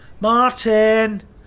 Martin